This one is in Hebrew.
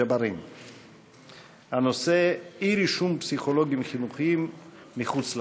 ג'בארין בנושא: אי-רישום פסיכולוגים חינוכיים מחוץ-לארץ.